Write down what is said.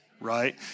right